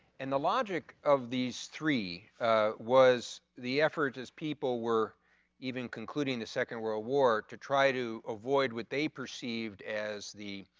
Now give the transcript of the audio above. and the logic of these three was the effort as people were even concluding the second world ah war to try to avoid what they perceived as the